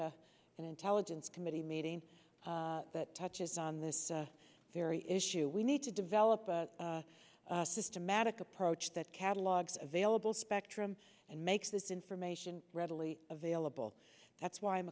an intelligence committee meeting that touches on this very issue we need to develop a systematic approach that catalogs available spectrum and makes this information readily available that's why i'm